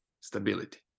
stability